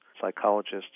psychologists